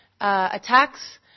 attacks